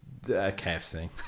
KFC